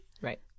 Right